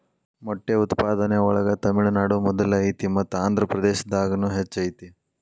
ಮೊಟ್ಟೆ ಉತ್ಪಾದನೆ ಒಳಗ ತಮಿಳುನಾಡು ಮೊದಲ ಐತಿ ಮತ್ತ ಆಂದ್ರಪ್ರದೇಶದಾಗುನು ಹೆಚ್ಚ ಐತಿ